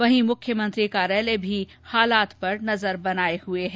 वहीं मुख्यमंत्री कार्यालय भी हालात पर नजर बनाये हुए है